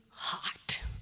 Hot